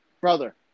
Brother